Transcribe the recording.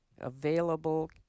available